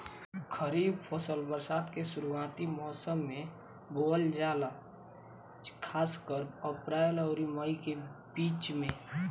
खरीफ फसल बरसात के शुरूआती मौसम में बोवल जाला खासकर अप्रैल आउर मई के बीच में